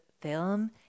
film